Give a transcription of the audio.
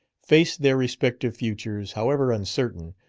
faced their respective futures, however uncertain,